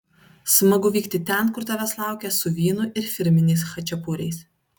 smagu vykti ten kur tavęs laukia su vynu ir firminiais chačiapuriais